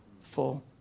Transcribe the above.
full